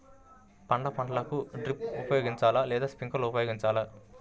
పండ్ల పంటలకు డ్రిప్ ఉపయోగించాలా లేదా స్ప్రింక్లర్ ఉపయోగించాలా?